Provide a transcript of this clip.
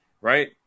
right